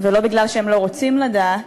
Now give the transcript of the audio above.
ולא מפני שהם לא רוצים לדעת,